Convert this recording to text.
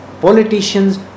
politicians